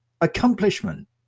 accomplishment